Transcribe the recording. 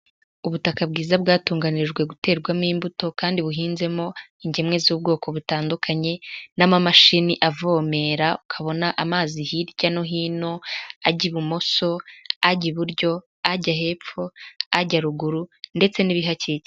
Ubutaka bwiza bwatunganirijwe guterwamo imbuto, kandi buhinzemo ingemwe z'ubwoko butandukanye, n'amamashini avomera, ukabona amazi hirya no hino, ajya ibumoso, ajya iburyo, ajya hepfo, ajya ruguru, ndetse n'ibihakikije.